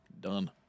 Done